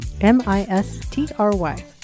M-I-S-T-R-Y